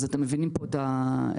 אז אתם מבינים את הביקוש.